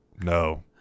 No